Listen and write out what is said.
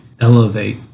elevate